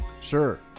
Sure